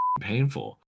painful